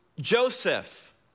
Joseph